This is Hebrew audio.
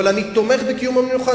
אבל אני תומך בקיום יום מנוחה,